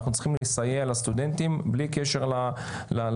אנחנו צריכים לסייע לסטודנטים בלי קשר לפוליטיקה.